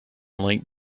link